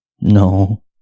No